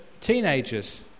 teenagers